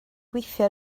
gweithio